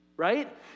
Right